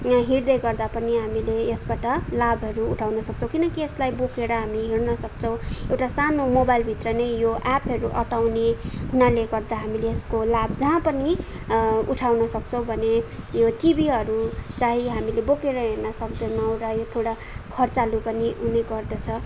हिँड्दै गर्दा पनि हामीले यसबाट लाभहरू उठाउन सक्छौँ किनकि यसलाई बोकेर हामी हिँड्न सक्छौँ एउटा सानो मोबाइलभित्र नै यो एपहरू अँटाउने हुनाले गर्दा हामीले यसको लाभ जहाँ पनि उठाउन सक्छौँ भने यो टिभीहरू चाहिँ हामीले बोकेर हिँड्न सक्दैनौँ र यो थोडा खर्चालु पनि हुनेगर्दछ